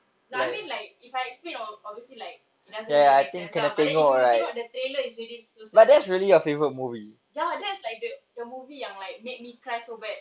no I mean like if I explain all obviously like it doesn't really make sense lah but then if you tengok the trailer is already so sad ya that's like the the movie yang like made me cry so bad